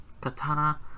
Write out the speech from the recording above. Katana